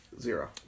Zero